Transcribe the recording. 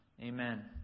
Amen